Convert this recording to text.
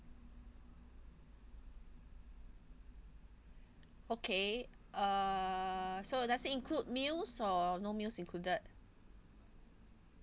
okay err so does it include meals or no meals included